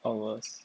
ours